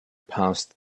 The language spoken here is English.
passed